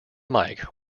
mike